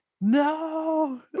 no